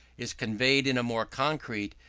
is conveyed in a more concrete,